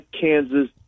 Kansas